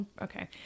Okay